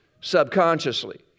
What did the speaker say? subconsciously